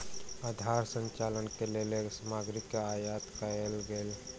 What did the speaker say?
आधार संरचना के लेल सामग्री के आयत कयल गेल